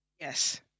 Yes